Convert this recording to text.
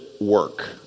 work